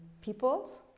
peoples